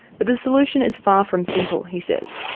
but the solution is far from simple, he says.